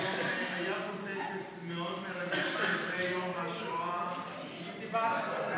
היום היה פה טקס מאוד מרגש לגבי יום השואה הבין-לאומי,